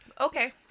Okay